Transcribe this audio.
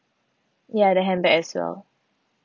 ya the handbag as well